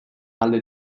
alde